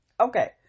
Okay